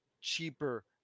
cheaper